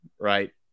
right